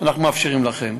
אנחנו מאפשרים לכם.